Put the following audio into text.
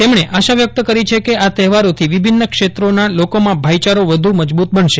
તેમણે આશા વ્યક્ત કરી છે કે આ તહેવારોથી વિભિન્ન ક્ષેત્રોના લોકોમાં ભાઈચારો વ્ધ મજબૂત બનશે